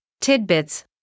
tidbits